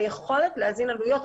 היכולת להוזיל עלויות.